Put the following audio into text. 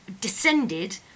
descended